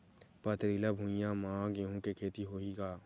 पथरिला भुइयां म गेहूं के खेती होही का?